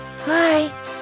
Hi